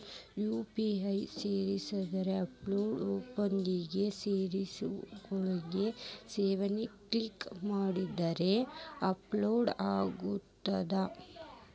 UPI service ಆಪ್ನ್ಯಾಓಪನಿಂಗ್ ಸ್ಕ್ರೇನ್ನ್ಯಾಗ to self click ಮಾಡಿದ್ರ ಅಮೌಂಟ್ ಟ್ರಾನ್ಸ್ಫರ್ ಆಗತ್ತ